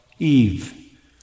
Eve